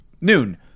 noon